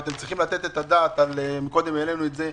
אתם גם צריכים לתת את הדעת, קודם העלינו את זה,